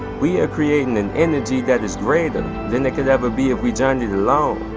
we are creating an energy that is greater than it could ever be if we journeyed alone.